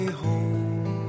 home